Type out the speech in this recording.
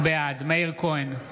בעד מאיר כהן,